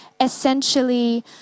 essentially